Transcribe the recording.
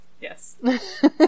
Yes